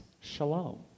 shalom